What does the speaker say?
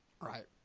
Right